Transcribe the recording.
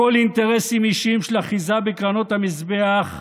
הכול אינטרסים אישיים של אחיזה בקרנות המזבח.